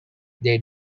they